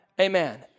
Amen